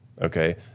okay